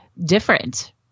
different